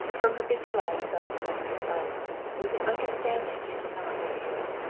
from her busy life belle studied them both, with an understanding she did not reveal.